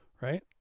right